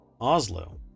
Oslo